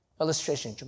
illustration